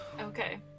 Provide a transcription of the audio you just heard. Okay